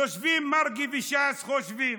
יושבים מרגי וש"ס, חושבים: